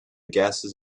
gases